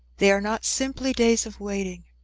they are not simply days of waiting,